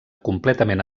completament